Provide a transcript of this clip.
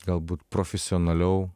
galbūt profesionaliau